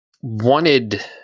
wanted